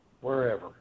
wherever